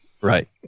Right